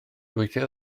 gweithio